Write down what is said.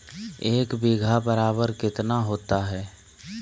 एक बीघा बराबर कितना होता है?